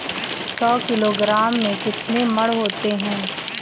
सौ किलोग्राम में कितने मण होते हैं?